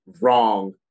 wrong